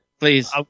please